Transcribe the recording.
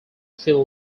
feel